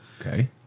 Okay